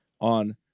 on